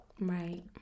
Right